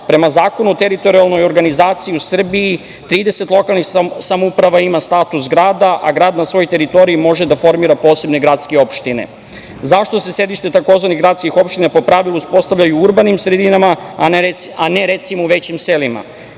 Prema Zakonu o teritorijalnoj organizaciji u Srbiji, 30 lokalnih samouprava ima status grada, a grad na svojoj teritoriji može da formira posebne gradske opštine, zašto se sedište tzv. „gradskih opština“ po pravilu uspostavljaju u urbanim sredinama, a ne recimo u većim selima